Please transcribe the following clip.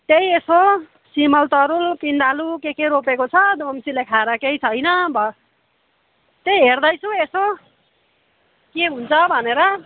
त्यही एसो सिमल तरुल पिँडालु के के रोपेको छ दुम्सिले खाएर केही छैन भ त्यही हेर्दैछु यसो के हुन्छ भनेर